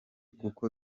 kuko